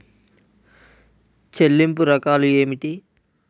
చెల్లింపు రకాలు ఏమిటి?